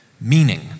Meaning